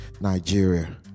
Nigeria